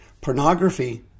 Pornography